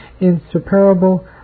insuperable